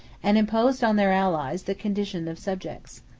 and imposed on their allies the condition of subjects.